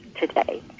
today